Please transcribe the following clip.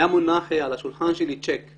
היה מונח על השולחן שלי צ'ק,